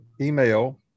email